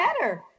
better